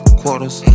quarters